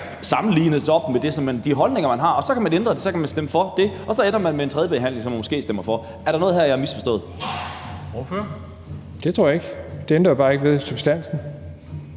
svarer til de holdninger, man har. Så kan man ændre det, så man kan stemme for det, og så ender man med en tredje behandling, som man måske stemmer for. Er der noget her, jeg har misforstået? Kl. 11:01 Formanden (Henrik Dam Kristensen):